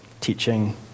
teaching